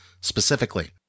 specifically